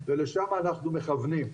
ולשם אנחנו מכוונים.